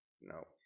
No